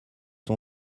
son